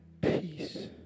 peace